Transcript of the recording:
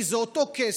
כי זה אותו כסף,